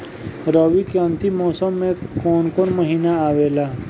रवी के अंतिम मौसम में कौन महीना आवेला?